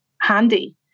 handy